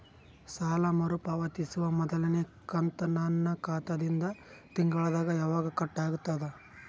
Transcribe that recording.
ಸಾಲಾ ಮರು ಪಾವತಿಸುವ ಮೊದಲನೇ ಕಂತ ನನ್ನ ಖಾತಾ ದಿಂದ ತಿಂಗಳದಾಗ ಯವಾಗ ಕಟ್ ಆಗತದ?